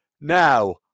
Now